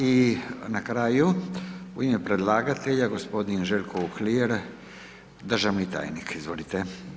I na kraju, u ime predlagatelja, gospodin Željko Uhlir, državni tajnik, izvolite.